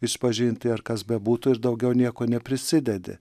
išpažinti ar kas bebūtų ir daugiau niekuo neprisidedi